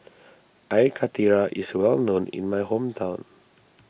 Air Karthira is well known in my hometown